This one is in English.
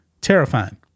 Terrifying